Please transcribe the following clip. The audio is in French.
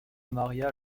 maria